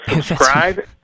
subscribe